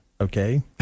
okay